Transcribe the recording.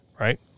Right